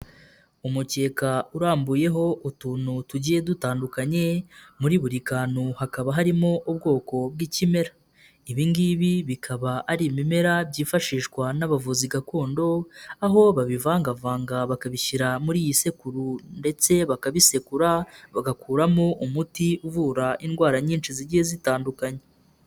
Umukeka urambuyeho utuntu tugiye dutandukanye muri buri kantu hakaba harimo ubwoko bw'ikimera, ibi ngibi bikaba ari ibimera byifashishwa n'abavuzi gakondo aho babivangavanga bakabishyira muri iyi sekuru ndetse bakabisekura bagakuramo umuti uvura indwara nyinshi zigiye zitandukanyekanya.